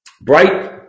Bright